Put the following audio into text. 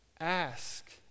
Ask